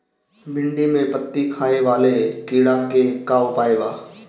भिन्डी में पत्ति खाये वाले किड़ा के का उपाय बा?